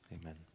Amen